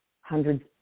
hundreds